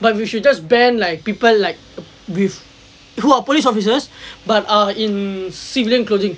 but we should just ban like people like with who are police officers but err in civilian clothing